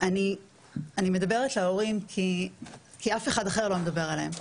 אני מדברת להורים כי אף אחד אחר לא מדבר עליהם,